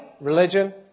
religion